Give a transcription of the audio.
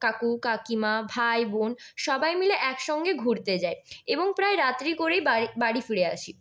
কাকু কাকিমা ভাই বোন সবাই মিলে একসঙ্গে ঘুরতে যাই এবং প্রায় রাত্রি করেই বাড়ি বাড়ি ফিরে আসি